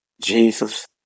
Jesus